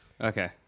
Okay